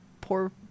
Poor